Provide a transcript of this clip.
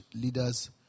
leaders